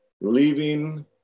leaving